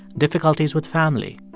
difficulties with family,